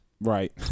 Right